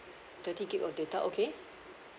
thirty G_B of data okay